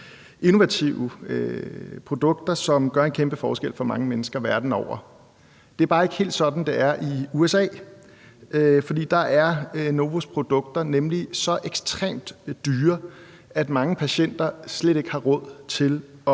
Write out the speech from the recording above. innovative produkter, som gør en kæmpe forskel for mange mennesker verden over. Det er bare ikke helt sådan, det er i USA, for der er Novo Nordisks produkter nemlig så ekstremt dyre, at mange patienter slet ikke har råd til